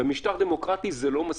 במשטר דמוקרטי זה לא מספיק.